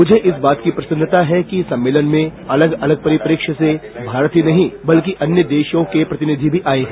मुझे इस बात की प्रसन्नता है कि सम्मेलन में अलग अलग परिप्रेक्ष्य से भारत ही नहीं न बल्कि अन्य देशों के प्रतिनिधि भी आए हैं